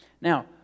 Now